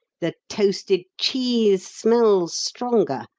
the toasted cheese smells stronger,